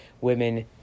women